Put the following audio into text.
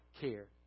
care